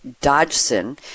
Dodgson